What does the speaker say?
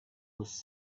was